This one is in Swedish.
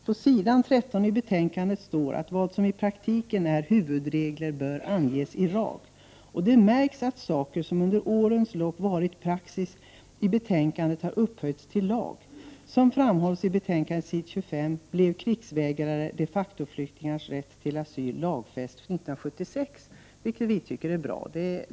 På s. 13 i betänkandet står det att ”vad som i praktiken är huvudregel bör anges i lag”. Det märks att saker som under årens lopp varit praxis i betänkandet har upphöjts till lag. Som framhålls i betänkandet på s. 25 lagfästes krigsvägrares och de facto-flyktingars rätt till asyl 1976, och det är bra.